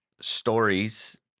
stories